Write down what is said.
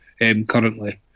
currently